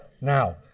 Now